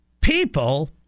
people